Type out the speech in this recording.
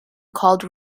called